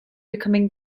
becoming